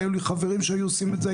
היו לי חברים שהיו עושים את זה,